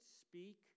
speak